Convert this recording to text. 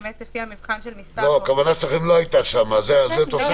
לא, הכוונה שלכם לא הייתה שם, זה תוספת.